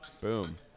boom